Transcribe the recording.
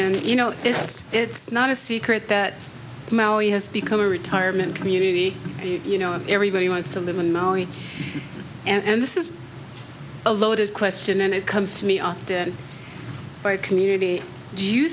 and you know it's it's not a secret that maui has become a retirement community you know everybody wants to live in mali and this is a loaded question and it comes to me on my community do you